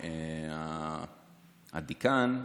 והדיקן,